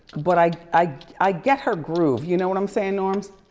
but i i get her groove. you know what i'm saying, norms?